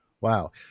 Wow